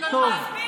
תירגעו קצת.